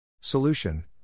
Solution